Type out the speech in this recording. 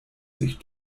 sich